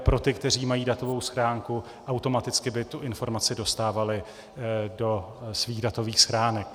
Pro ty, kteří mají datovou schránku, automaticky by tu informaci dostávali do svých datových schránek.